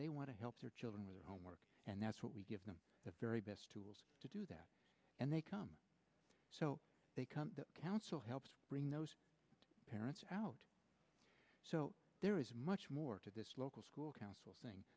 they want to help their children with their homework and that's what we give them the very best tools to do that and they come so they come to council helps bring those parents out so there is much more to this local school council thing